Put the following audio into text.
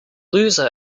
loser